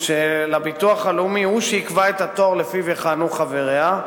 של הביטוח הלאומי הוא שיקבע את התור שלפיו יכהנו חבריה,